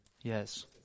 Yes